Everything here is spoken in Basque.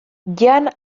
jan